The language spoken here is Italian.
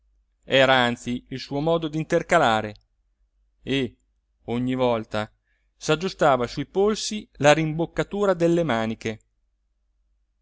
era anzi il suo modo d'intercalare e ogni volta s'aggiustava sui polsi la rimboccatura delle maniche